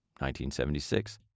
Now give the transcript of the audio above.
1976